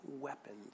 weapons